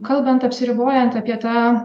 kalbant apsiribojant apie tą